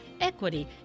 equity